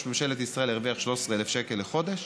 ממשלת ישראל ירוויח 13,000 שקל לחודש?